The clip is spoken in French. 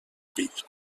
pays